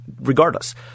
regardless